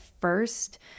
first